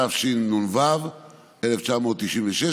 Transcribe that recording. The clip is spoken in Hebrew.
התשנ"ו 1996,